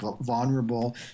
vulnerable